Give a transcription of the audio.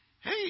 hey